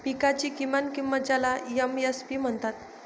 पिकांची किमान किंमत ज्याला एम.एस.पी म्हणतात